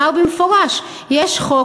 במפורש: יש חוק,